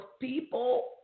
people